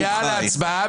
הצבעה